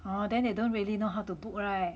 !wah! then they don't really know how to book [right]